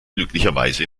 glücklicherweise